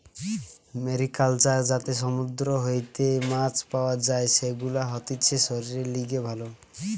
mariculture যাতে সমুদ্র হইতে মাছ পাওয়া যাই, সেগুলা হতিছে শরীরের লিগে ভালো